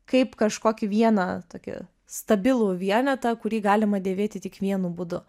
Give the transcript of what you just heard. kaip kažkokį vieną tokį stabilų vienetą kurį galima dėvėti tik vienu būdu